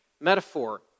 Metaphor